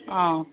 অঁ